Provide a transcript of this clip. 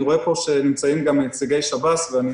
אני רואה פה שנמצאים בדיון גם נציגי שב"ס ואני